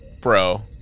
bro